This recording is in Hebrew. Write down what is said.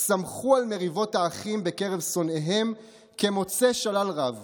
"שמחו על מריבות האחים בקרב שונאיהם כמוצאי שלל רב